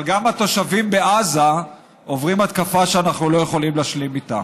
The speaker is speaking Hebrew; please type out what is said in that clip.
אבל גם התושבים בעזה עוברים התקפה שאנחנו לא יכולים להשלים איתה.